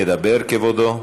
ידבר, כבודו.